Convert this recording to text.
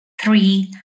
three